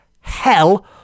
Hell